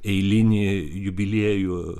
eilinį jubiliejų